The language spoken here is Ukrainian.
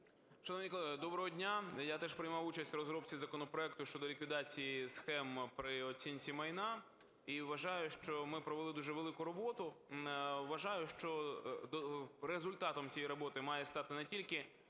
Шановні колеги, доброго дня! Я теж приймав участь в розробці законопроекту щодо ліквідації схем при оцінці майна. І вважаю, що ми провели дуже велику роботу. Вважаю, що результатом цієї роботи має стати не тільки